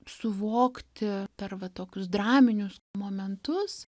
suvokti per va tokius draminius momentus